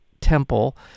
temple